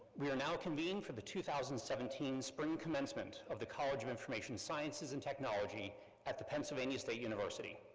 we are now convened for the two thousand and seventeen spring commencement of the college of information sciences and technology at the pennsylvania state university.